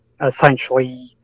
essentially